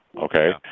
Okay